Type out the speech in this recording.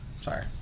Sorry